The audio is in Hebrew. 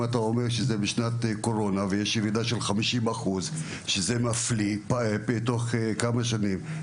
אם אתה אומר שאלה נתונים משנת קורונה ויש ירידה של 50% בתוך כמה שנים,